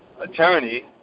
attorney